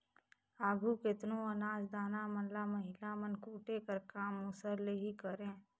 आघु केतनो अनाज दाना मन ल महिला मन कूटे कर काम मूसर ले ही करें